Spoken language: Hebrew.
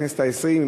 בכנסת העשרים,